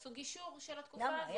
שיעשו גישור של התקופה הזאת,